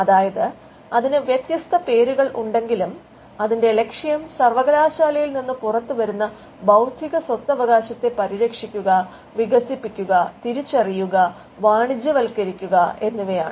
അതായത് അതിന് വ്യത്യസ്ത പേരുകൾ ഉണ്ടെങ്കിലും അതിന്റെ ലക്ഷ്യം സർവകലാശാലയിൽ നിന്ന് പുറത്തുവരുന്ന ബൌദ്ധിക സ്വത്തവകാശത്തെ പരിരക്ഷിക്കുക വികസിപ്പിക്കുക തിരിച്ചറിയുക വാണിജ്യവത്കരിക്കുക എന്നിവയാണ്